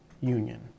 Union